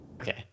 Okay